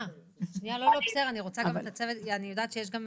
אני יודעת שיש כאן